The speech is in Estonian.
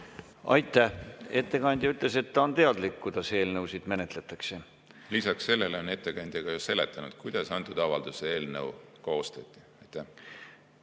Aitäh! Ettekandja ütles, et ta on teadlik, kuidas eelnõusid menetletakse. Lisaks sellele on ettekandja seletanud, kuidas see avalduse eelnõu koostati. Lisaks